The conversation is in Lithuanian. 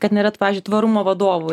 kad nėra tų pavyzdžiui tvarumo vadovų